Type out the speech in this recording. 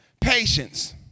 patience